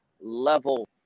level